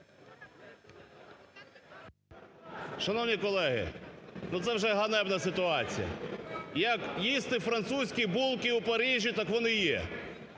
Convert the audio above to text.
Шановні колеги, ну, це вже ганебна ситуація. Як їсти французькі булки у Парижі, так вони є,